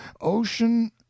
ocean